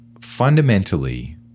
fundamentally